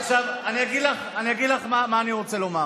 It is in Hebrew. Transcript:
עכשיו, אני אגיד לך מה אני רוצה לומר.